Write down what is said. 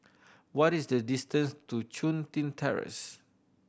what is the distance to Chun Tin Terrace